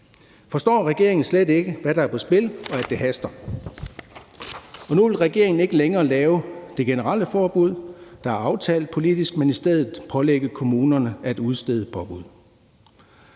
Forstår regeringen slet ikke, hvad der er på spil, og at det haster? Nu vil regeringen ikke længere lave det generelle forbud, der er aftalt politisk, men i stedet pålægge kommunerne at udstede et påbud.